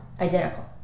Identical